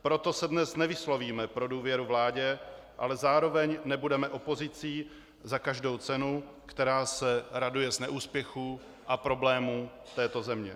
Proto se dnes nevyslovíme pro důvěru vládě, ale zároveň nebudeme opozicí za každou cenu, která se raduje z neúspěchů a problémů této země.